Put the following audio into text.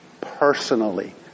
Personally